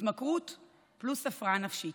התמכרות פלוס הפרעה נפשית.